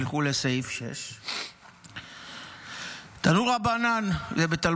תלכו לסעיף 6. תלמוד בבלי,